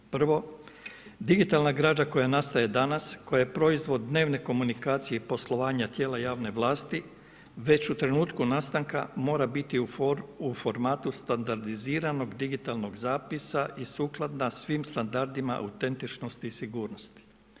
Prvo, digitalna građa koje nastaje danas, koja je proizvod dnevne komunikacije i poslovanja tijela javne vlasti, već u trenutku nastanka mora biti u formatu standardiziranog digitalnog zapisa i sukladna svim standardima autentičnosti i sigurnosti.